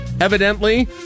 evidently